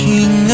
King